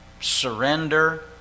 surrender